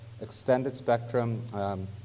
Extended-spectrum